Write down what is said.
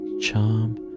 charm